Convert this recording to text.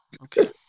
okay